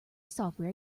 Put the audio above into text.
software